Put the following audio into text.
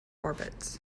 orbits